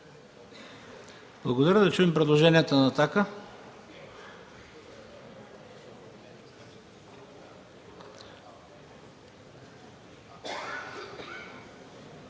Благодаря. Да чуем предложенията на „Атака”.